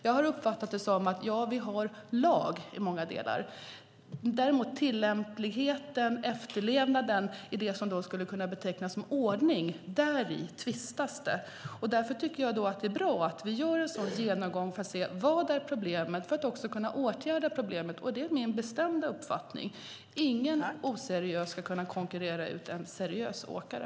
Jag har uppfattat det som att vi i många delar har lag, men i fråga om tillämpligheten, efterlevnaden av det som skulle kunna betecknas som ordning, tvistas det. Därför tycker jag att det är bra att vi gör en genomgång för att se vad problemet är och kunna åtgärda det. Det är min bestämda uppfattning: Ingen oseriös ska kunna konkurrera ut en seriös åkare.